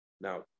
Now